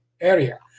area